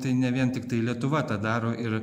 tai ne vien tiktai lietuva tą daro ir